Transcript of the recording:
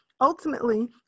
Ultimately